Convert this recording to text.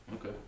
okay